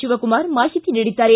ಶಿವಕುಮಾರ ಮಾಹಿತಿ ನೀಡಿದ್ದಾರೆ